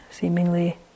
seemingly